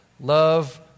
Love